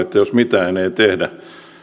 että jos mitään ei tehdä